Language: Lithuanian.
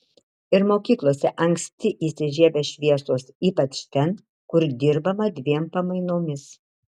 ir mokyklose anksti įsižiebia šviesos ypač ten kur dirbama dviem pamainomis